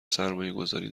سرمایهگذاری